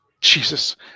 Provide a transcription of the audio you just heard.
Jesus